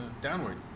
Downward